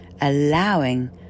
allowing